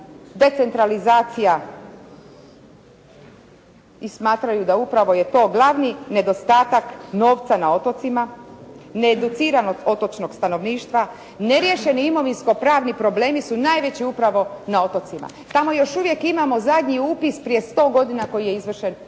decentralizacija i smatraju da upravo je to glavni nedostatak novca na otocima, ne educiranog otočnog stanovništva. Neriješeni imovinskopravni problemi su najveći upravo na otocima. Tamo još uvijek imamo zadnji upis prije 100 godina koji je izvršen u